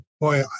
boy